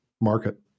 market